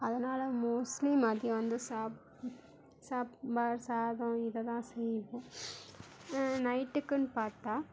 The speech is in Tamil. அதனால் மோஸ்ட்லி மதியம் வந்து சாம்பார் சாதம் இதெல்லாம் செய்வோம் நைட்டுக்குன்னு பார்த்தால்